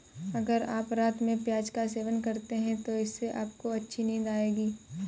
अगर आप रात में प्याज का सेवन करते हैं तो इससे आपको अच्छी नींद आएगी